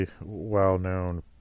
well-known